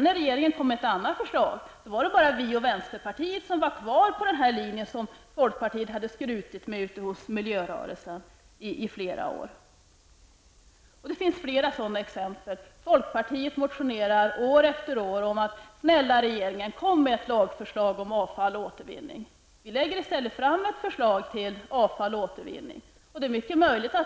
När regeringen sedan kom med ett annat förslag, var det bara vi och vänsterpartiet som var kvar på den linje som folkpartiet hade skrutit med ute i miljörörelsen i flera år. Det finns flera sådana exempel. Folkpartiet motionerar år efter år: Snälla regeringen, kom med ett lagförslag om avfall och återvinning. Vi lägger i stället fram förslag om avfall och återvinning.